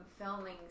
filming